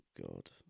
god